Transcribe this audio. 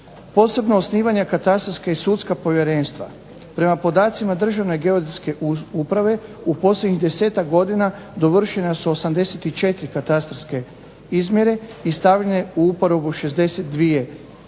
posebno osnivanje katastarska i sudska povjerenstva prema podacima Državne geodetske uprave u posljednjih 10-ak godina dovršena su 84 katastarske izmjere i stavljene u uporabu 62